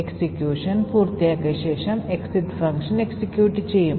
execution പൂർത്തിയാക്കിയ ശേഷം exit function execute ചെയ്യും